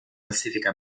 classifica